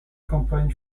campagne